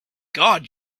god